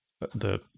the-